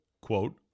quote